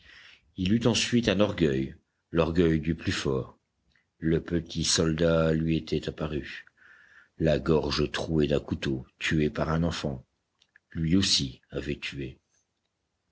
il eut ensuite un orgueil l'orgueil du plus fort le petit soldat lui était apparu la gorge trouée d'un couteau tué par un enfant lui aussi avait tué